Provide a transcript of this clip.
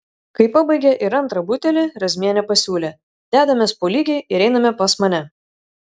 kai pabaigė ir antrą butelį razmienė pasiūlė dedamės po lygiai ir einame pas mane